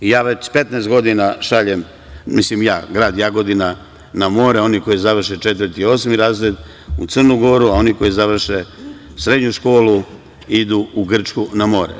Ja već 15 godina šaljem, mislim ja, grad Jagodina, na more one koji završe četvrti i osmi razred u Crnu Goru, a one koji završe srednju školu idu u Grčku na more.